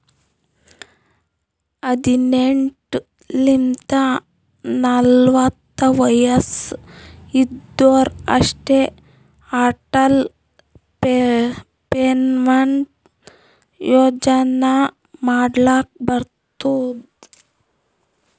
ಹದಿನೆಂಟ್ ಲಿಂತ ನಲ್ವತ ವಯಸ್ಸ್ ಇದ್ದೋರ್ ಅಷ್ಟೇ ಅಟಲ್ ಪೆನ್ಷನ್ ಯೋಜನಾ ಮಾಡ್ಲಕ್ ಬರ್ತುದ್